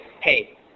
hey